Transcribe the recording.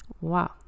Wow